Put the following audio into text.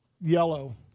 Yellow